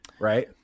right